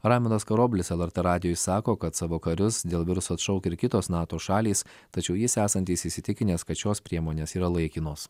raimundas karoblis lrt radijui sako kad savo karius dėl viruso atšaukia ir kitos nato šalys tačiau jis esantis įsitikinęs kad šios priemonės yra laikinos